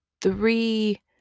three